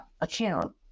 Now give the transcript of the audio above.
account